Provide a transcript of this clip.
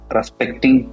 Respecting